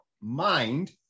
mind